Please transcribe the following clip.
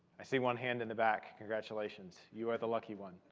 i see one hand in the back. congratulations, you are the lucky one.